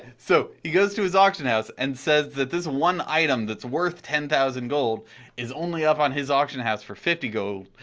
so, he goes to his auction house, and says that this one item that's worth ten thousand gold is only up on his auction house for fifty gold,